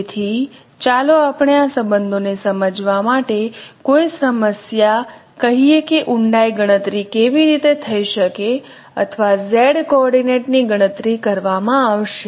તેથી ચાલો આપણે આ સંબંધોને સમજવા માટે કોઈ સમસ્યા કહીએ કે ઊંડાઈની ગણતરી કેવી રીતે થઈ શકે અથવા Z કોઓર્ડિનેટની ગણતરી કરવામાં આવશે